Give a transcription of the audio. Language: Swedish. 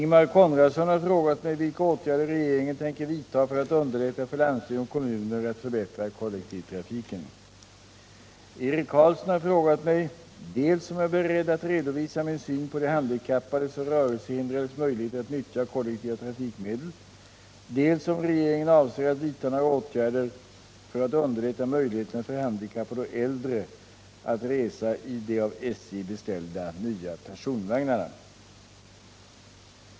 Eric Carlsson har frågat mig dels om jag är beredd att redovisa min syn på de handikappades och rörelsehindrades möjligheter att nyttja kollektiva trafikmedel, dels om regeringen avser att vidta några åtgärder för att underlätta möjligheterna för handikappade och äldre att resa i de av SJ beställda nya personvagnarna.